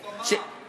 או במע"מ.